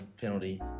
penalty